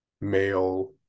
male